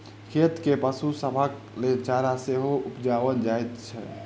खेत मे पशु सभक लेल चारा सेहो उपजाओल जाइत छै